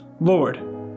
Lord